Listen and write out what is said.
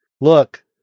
look